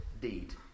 deed